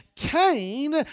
Cain